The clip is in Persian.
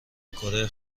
کره